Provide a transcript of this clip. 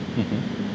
mmhmm